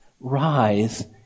rise